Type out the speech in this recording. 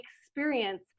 experience